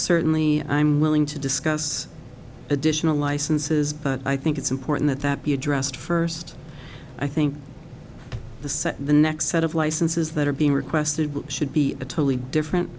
certainly i'm willing to discuss additional licenses but i think it's important that that be addressed first i think the sec the next set of licenses that are being requested should be a totally different